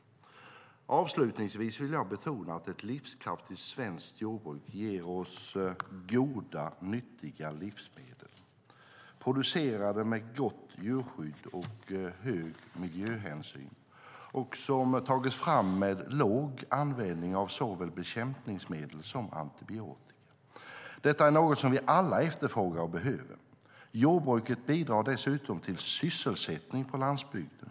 Jag vill betona att ett livskraftigt svenskt jordbruk ger oss goda, nyttiga livsmedel som producerats med gott djurskydd och hög miljöhänsyn och som tagits fram med låg användning av såväl bekämpningsmedel som antibiotika. Detta är något vi alla efterfrågar och behöver. Jordbruket bidrar dessutom till sysselsättningen på landsbygden.